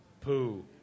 poo